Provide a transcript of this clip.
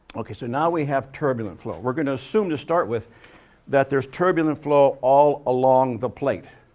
okay. so, now, we have turbulent flow. we're going to assume to start with that there's turbulent flow all along the plate,